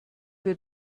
wir